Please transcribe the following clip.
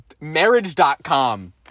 marriage.com